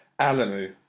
Alamu